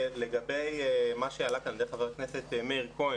לגבי מה שעלה כאן על ידי חבר הכנסת מאיר כהן